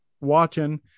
watching